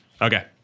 Okay